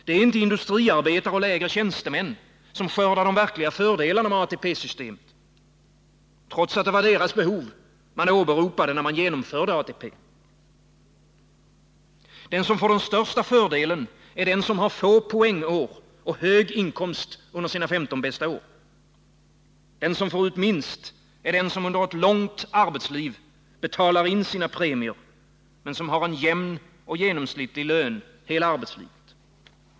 Det är inte industriarbetare och lägre tjänstemän som skördar de verkliga fördelarna med ATP-systemet, trots att det var deras behov man åberopade när man genomförde ATP. Den som får den största fördelen är den som har få poängår och hög inkomst under sina 15 bästa år. Den som får ut minst är den som under ett långt arbetsliv betalar in sina premier men som har en jämn och genomsnittlig lön hela arbetslivet.